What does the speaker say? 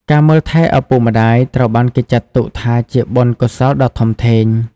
ការមើលថែឪពុកម្តាយ ត្រូវបានគេចាត់ទុកថាជាបុណ្យកុសលដ៏ធំធេង។